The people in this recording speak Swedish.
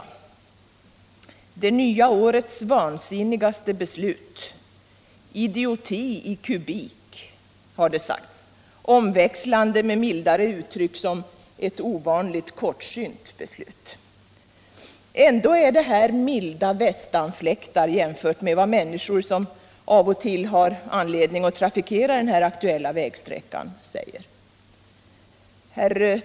Det har talats om ”det nya årets vansinnigaste beslut” och ”idioti i kubik” omväxlande med mildare uttryck som ”ett ovanligt kortsynt beslut”. Ändå är detta milda västanfläktar jämfört med vad människor som av och till har anledning att trafikera den aktuella vägsträckan säger.